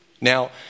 Now